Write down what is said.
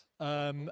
Yes